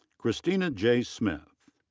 christina j. smith.